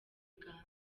uganda